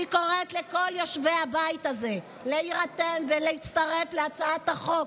אני קוראת לכל יושבי הבית הזה להירתם ולהצטרף להצעת החוק.